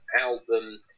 album